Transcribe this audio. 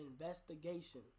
investigation